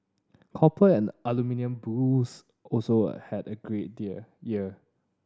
copper and aluminium bulls also had a great dear year